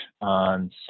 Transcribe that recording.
on